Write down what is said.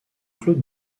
claude